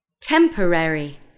temporary